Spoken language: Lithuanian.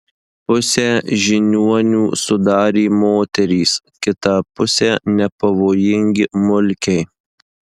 pusę žiniuonių sudarė moterys kitą pusę nepavojingi mulkiai